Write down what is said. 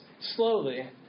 slowly